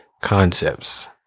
concepts